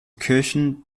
kirchen